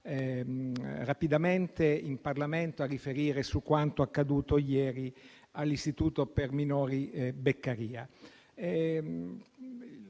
rapidamente in Parlamento a riferire su quanto accaduto ieri all'istituto per minori Beccaria.